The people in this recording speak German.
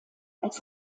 als